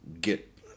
get